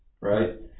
right